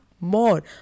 more